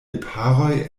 lipharoj